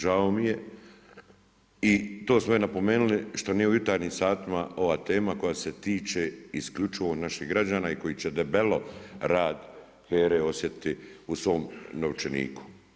Žao mi je i to sve napomenuli što nije u jutarnjim satima ova tema koja se tiče isključivo naših građana i koji će debelo rad HERA-e osjetiti u svom novčaniku.